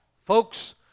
Folks